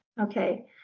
Okay